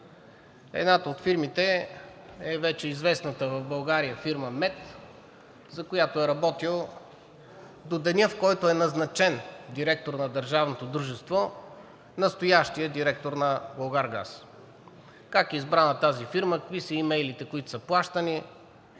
Едната от фирмите е вече известната в България фирма МЕТ, за която е работил до деня, в който е назначен за директор на държавното дружество, настоящият директор на „Булгаргаз“. Как е избрана тази фирма? Кои са имейлите, които са пращани?